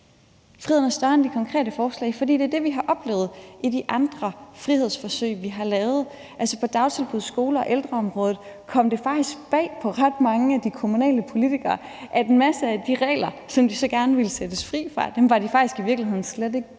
Friheden er større end de konkrete forslag, for det er det, vi har oplevet i de andre frihedsforsøg, vi har lavet. Altså, på dagtilbud-, skole- og ældreområdet kom det faktisk bag på ret mange af de kommunale politikere, at en masse af de regler, som de så gerne ville sættes fri fra, var de faktisk i virkeligheden slet ikke